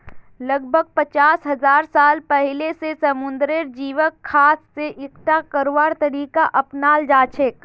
लगभग पचास हजार साल पहिलअ स समुंदरेर जीवक हाथ स इकट्ठा करवार तरीका अपनाल जाछेक